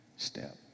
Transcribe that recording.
step